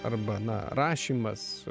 arba na rašymas